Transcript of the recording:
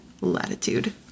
latitude